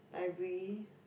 library